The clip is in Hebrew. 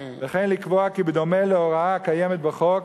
וכן לקבוע כי בדומה להוראה הקיימת בחוק